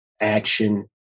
action